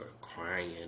crying